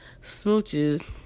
smooches